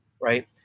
right